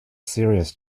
serious